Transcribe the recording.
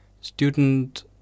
student